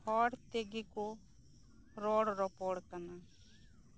ᱦᱚᱲ ᱛᱮᱜᱮ ᱠᱚ ᱨᱚᱲ ᱨᱚᱯᱚᱲ ᱠᱟᱱᱟ